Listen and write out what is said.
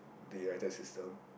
the united system